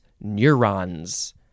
neurons